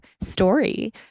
story